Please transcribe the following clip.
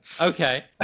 Okay